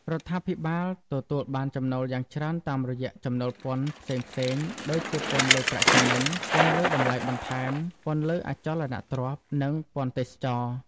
រដ្ឋាភិបាលទទួលបានចំណូលយ៉ាងច្រើនតាមរយៈ ចំណូលពន្ធ ផ្សេងៗ ដូចជាពន្ធលើប្រាក់ចំណេញ ពន្ធលើតម្លៃបន្ថែម ពន្ធលើអចលនទ្រព្យ និងពន្ធទេសចរណ៍។